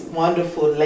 wonderful